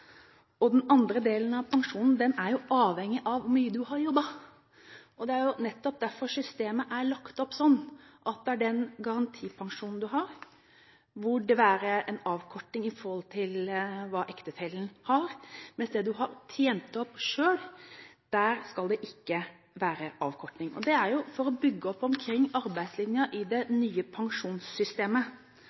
Og den andre delen av pensjonen er avhengig av hvor mye du har jobbet. Det er nettopp derfor systemet er lagt opp sånn, at det er den garantipensjonen du har, hvor det er en avkorting i forhold til hva ektefellen har, mens det du har tjent opp selv – der skal det ikke være avkorting. Dette er jo for å bygge opp omkring arbeidslinja i det nye pensjonssystemet.